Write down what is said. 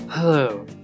Hello